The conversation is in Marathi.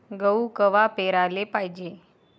गहू कवा पेराले पायजे?